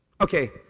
Okay